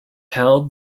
held